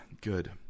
Good